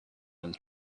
and